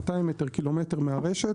קילומטר מהרשת